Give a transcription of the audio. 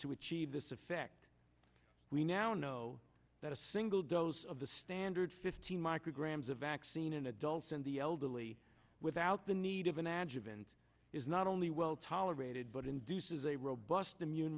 to achieve this effect we now know that a single dose of the standard fifteen micrograms of vaccine in adults in the elderly without the need of an adjutant is not only well tolerated but induces a robust immune